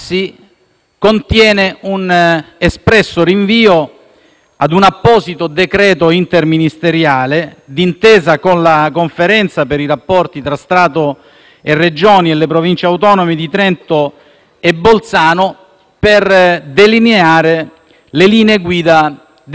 ad un apposito decreto interministeriale, da adottarsi d'intesa con la Conferenza per i rapporti tra Stato e Regioni e le Province autonome di Trento e Bolzano, per delineare le linee guida definitive attuative. Ebbene, questo decreto c'è.